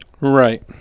right